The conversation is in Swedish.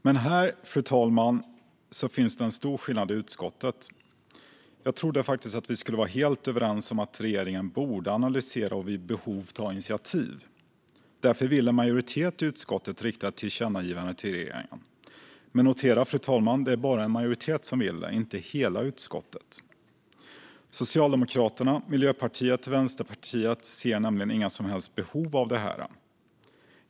Men här, fru talman, finns en stor skillnad i utskottet. Jag trodde faktiskt att vi skulle vara helt överens om att regeringen borde analysera och vid behov ta initiativ. Därför vill en majoritet i utskottet rikta ett tillkännagivande till regeringen. Men notera, fru talman, att det bara handlar om en majoritet, inte hela utskottet. Socialdemokraterna, Miljöpartiet och Vänsterpartiet ser nämligen inga som helst behov av det här.